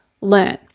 learn